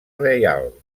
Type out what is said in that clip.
reial